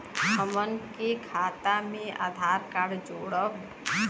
हमन के खाता मे आधार कार्ड जोड़ब?